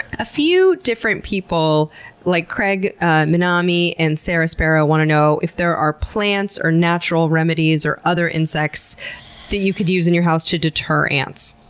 a few different people like craig monomy and sarah sparrow want to know if there are plants or natural remedies or other insects that you could use in your house to deter ants?